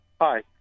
Hi